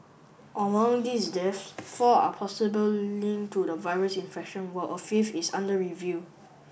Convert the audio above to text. among these deaths four are possible link to the virus infection while a fifth is under review